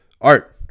Art